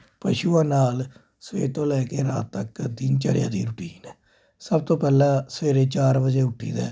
ਪਸ਼ੂਆਂ ਨਾਲ ਸਵੇਰ ਤੋਂ ਲੈ ਕੇ ਰਾਤ ਤੱਕ ਦਿਨ ਚਰਿਆ ਦੀ ਰੁਟੀਨ ਆ ਸਭ ਤੋਂ ਪਹਿਲਾਂ ਸਵੇਰੇ ਚਾਰ ਵਜੇ ਉੱਠੀਦਾ